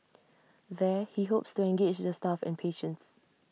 there he hopes to engage the staff and patients